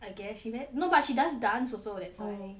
I guess she meant no but she does dance also that's why oh